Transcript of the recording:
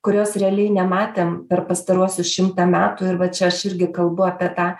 kurios realiai nematėm per pastaruosius šimtą metų ir vat čia aš irgi kalbu apie tą